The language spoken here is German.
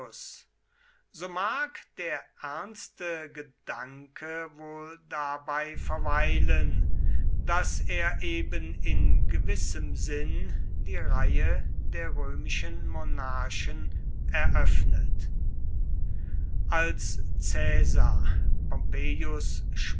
so mag der ernste gedanke wohl dabei verweilen daß er eben in gewissem sinn die reihe der römischen monarchen eröffnet als caesar